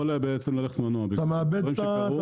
המנוע יכול ללכת ואלה דברים שקרו,